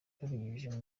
babinyujije